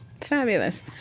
Fabulous